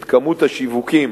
את כמות השיווקים.